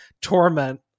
torment